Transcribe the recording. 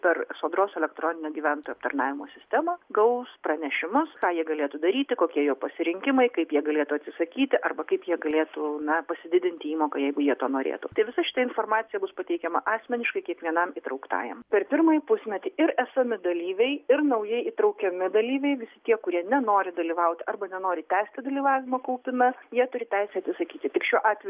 per sodros elektroninę gyventojų aptarnavimo sistemą gaus pranešimus ką jie galėtų daryti kokie jų pasirinkimai kaip jie galėtų atsisakyti arba kaip jie galėtų na pasididinti įmoką jeigu jie to norėtų tai visa šita informacija bus pateikiama asmeniškai kiekvienam įtrauktajam per pirmąjį pusmetį ir esami dalyviai ir naujai įtraukiami dalyviai visi tie kurie nenori dalyvaut arba nenori tęsti dalyvavimo kaupime jie turi teisę atsisakyti tik šiuo atveju